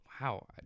Wow